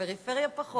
בפריפריה פחות.